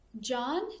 John